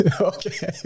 Okay